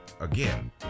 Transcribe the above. Again